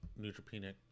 neutropenic